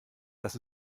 das